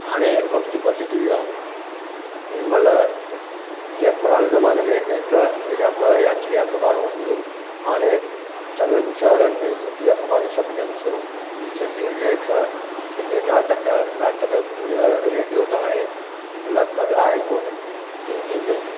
हाणे वक़्त बटिजी वियो हिनमहिल जीअं पुराणे ज़माने में हिकु या ॿ या टे अखबारूं हूंदियूं हाणे चङनि शहरनि में सिंधी अखबारु छपजनि थियूं सिंधी लेख सिंधी नाटक नाटक रेडियो त हाणे लॻभॻि आहे कोन टीवीअ में